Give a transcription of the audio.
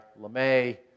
LeMay